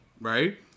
right